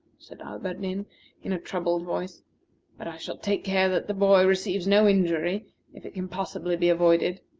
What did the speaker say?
said alberdin in a troubled voice but i shall take care that the boy receives no injury if it can possibly be avoided.